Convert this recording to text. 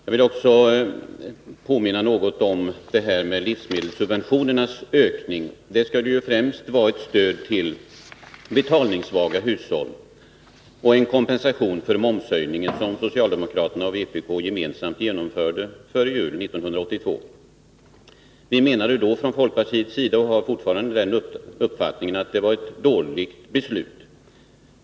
Jag vill också påminna om att livsmedelssubventionernas ökning främst skulle vara ett stöd till betalningssvaga hushåll och en kompensation för momshöjningen som socialdemokraterna och vpk gemensamt genomdrev före jul 1982. Folkpartiet menade — och har fortfarande den uppfattningen — att det var ett dåligt beslut.